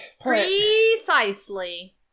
Precisely